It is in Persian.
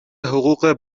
حقوق